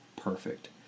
perfect